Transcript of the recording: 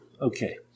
Okay